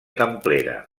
templera